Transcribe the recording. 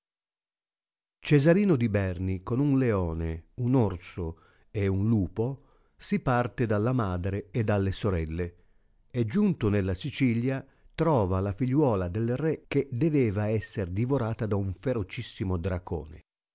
cesarino di berni con un leoni un orso e uxn lupo si parte dalla madrk e dalle sorelle e giunto nella sicilia trova la figliuola del re che deveva esser divorata da un ferocissimo dracone